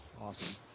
Awesome